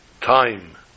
time